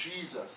Jesus